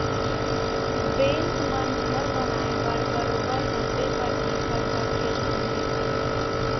bank मन घर बनाए बर बरोबर नब्बे परतिसत तक के लोन देथे